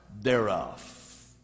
thereof